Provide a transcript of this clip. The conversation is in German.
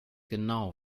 genau